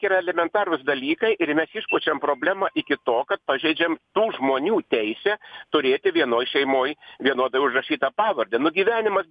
yra elementarūs dalykai ir mes išpučiam problemą iki to kad pažeidžiam tų žmonių teisę turėti vienoj šeimoj vienodai užrašytą pavardę nu gyvenimas